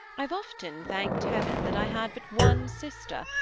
i've often thanked heaven that i had but one sister,